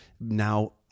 now